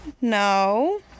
No